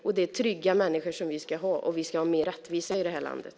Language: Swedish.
Det är trygga människor som vi ska ha, och vi ska ha mer rättvisa i det här landet.